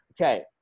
okay